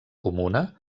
comuna